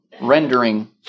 rendering